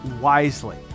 wisely